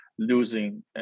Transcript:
losing